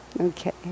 Okay